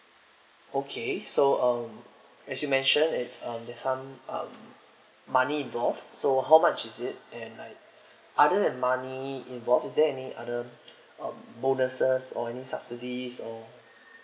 okay so uh as you mentioned it's um there's some um money involved so how much is it and like other than money involved is there any other um bonuses or any subsidies or